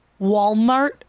Walmart